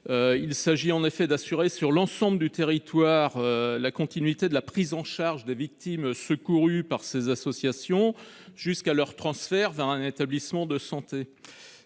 Il s'agit en effet d'assurer sur l'ensemble du territoire la continuité de la prise en charge des victimes secourues par ces associations, jusqu'à leur transfert vers un établissement de santé.